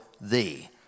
thee